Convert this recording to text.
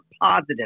positive